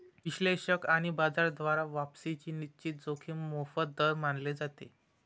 विश्लेषक आणि बाजार द्वारा वापसीची निश्चित जोखीम मोफत दर मानले जाते